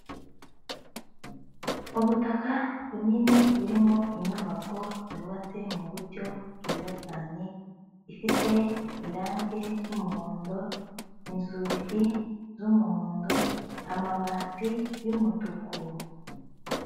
Ubutaka bunini burimo inyubako yubatse mu buryo bwiza cyane ifite irange ry'umuhondo, inzugi z'umuhondo, amabati y'umutuku.